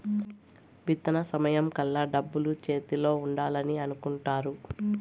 విత్తన సమయం కల్లా డబ్బులు చేతిలో ఉండాలని అనుకుంటారు